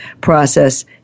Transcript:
process